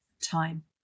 time